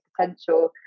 potential